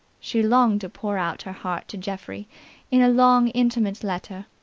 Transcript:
she longed to pour out her heart to geoffrey in a long, intimate letter,